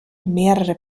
mehrere